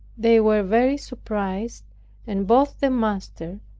they were very surprised and both the master,